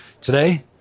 today